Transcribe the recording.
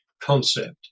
concept